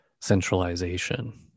centralization